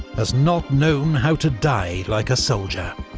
has not known how to die like a soldier